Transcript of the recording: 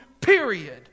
period